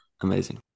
Amazing